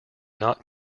not